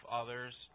others